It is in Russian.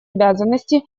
обязанности